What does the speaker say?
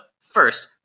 first